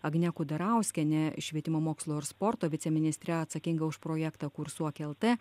agne kudarauskiene švietimo mokslo ir sporto viceministre atsakinga už projektą kursuok lt